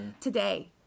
today